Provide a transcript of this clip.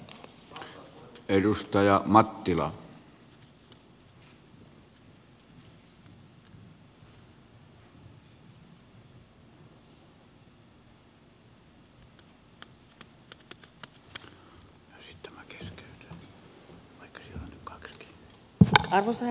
arvoisa herra puhemies